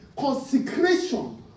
consecration